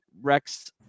Rex